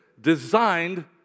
designed